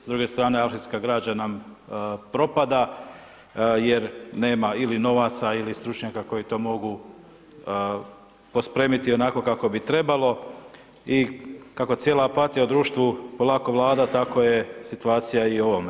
S druge strane arhivska građa nam propada jer nema ili novaca ili stručnjaka koji to mogu pospremiti onako kako bi trebalo i kako cijela apatija u društvu polako vlada, tako je situacija i u ovome.